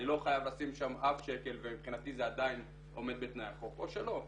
אני לא חייב לשים שם אף שקל ומבחינתי זה עדיין עומד בתנאי החוק או שלא.